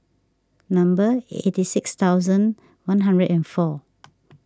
number eighty six thousand one hundred and four